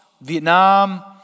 Vietnam